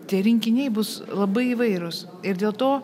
tie rinkiniai bus labai įvairūs ir dėl to